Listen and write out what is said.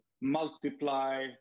multiply